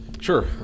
Sure